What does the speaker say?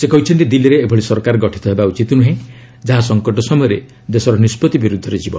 ସେ କହିଛନ୍ତି ଦିଲ୍ଲୀରେ ଏଭଳି ସରକାର ଗଠିତ ହେବା ଉଚିତ ନୁହେଁ ଯାହା ସଂକଟ ସମୟରେ ଦେଶର ନିଷ୍ପଭି ବିରୁଦ୍ଧରେ ଯିବ